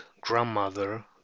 grandmother